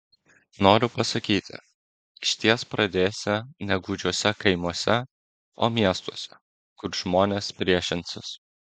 noriu pasakyti išties pradėsi ne gūdžiuose kaimuose o miestuose kur žmonės priešinsis